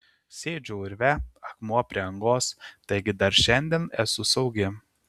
sėdžiu urve akmuo prie angos taigi dar šiandien esu saugi